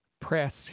press